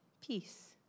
Peace